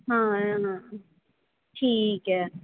ਹਾਂ ਠੀਕ ਹੈ